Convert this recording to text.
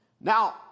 Now